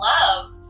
love